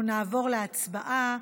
אנחנו נעבור להצבעה.